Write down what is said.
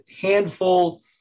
handful